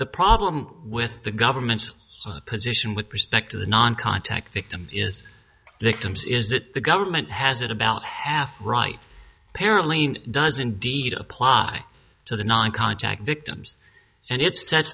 the problem with the government's position with respect to the non contact victim is dictums is that the government has it about half right apparently and does indeed apply to the non contact victims and it s